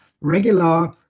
regular